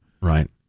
Right